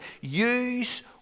use